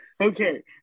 Okay